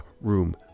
room